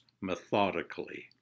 methodically